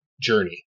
journey